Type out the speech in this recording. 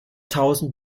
tausend